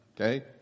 Okay